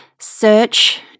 search